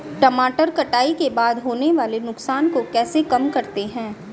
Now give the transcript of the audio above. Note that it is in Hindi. टमाटर कटाई के बाद होने वाले नुकसान को कैसे कम करते हैं?